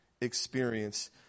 experience